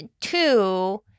two